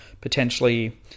potentially